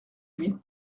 huit